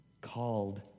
called